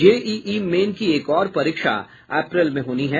JEE main की एक और परीक्षा अप्रैल में होनी है